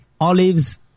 olives